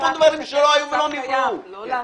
ניפחתם את עצמכם,